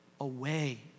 away